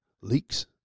leaks